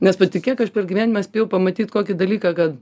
nes patikėk aš per gyvenimą spėjau pamatyt kokį dalyką kad